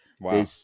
Wow